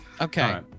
Okay